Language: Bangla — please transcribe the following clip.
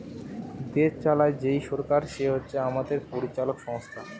দেশ চালায় যেই সরকার সে হচ্ছে আমাদের পরিচালক সংস্থা